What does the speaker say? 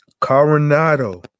Coronado